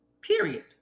period